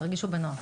תרגישו בנוח.